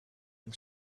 and